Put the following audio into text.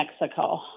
Mexico